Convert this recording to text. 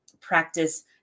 practice